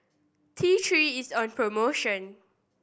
T Three is on promotion